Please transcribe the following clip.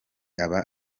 aba